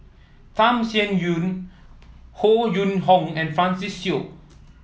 Tham Sien Yen Howe Yoon Chong and Francis Seow